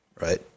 right